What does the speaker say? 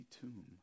tomb